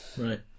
Right